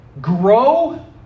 grow